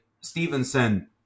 Stevenson